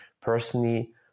personally